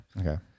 Okay